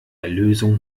erlösung